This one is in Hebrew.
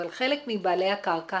אבל חלק מבעלי הקרקע